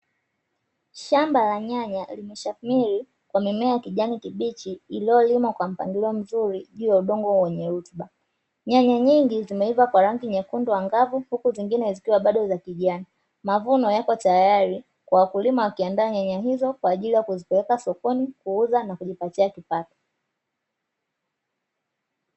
Shamba la nyanya limeshamiri kwa mimea ya kijani kibichi iliolimwa kwa mpangilio mzuri juu ya udongo wenye rutuba, nyanya nyingi zimeiva kwa rangi nyekundu angavu huku nyingine zikiwa bado za kijani mavuno yako tayari kwa wakulima wakiandaa nyanya hizo kwa ajili ya kuzipeleka sokoni kuuza na kujipatia kipato.